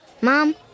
Mom